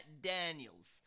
Daniels